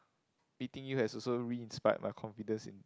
meeting you has also re inspired my confidence in